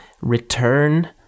return